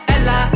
Ella